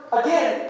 again